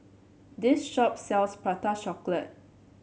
this shop sells Prata Chocolate